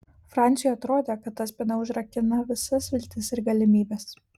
franciui atrodė kad ta spyna užrakina visas viltis ir galimybes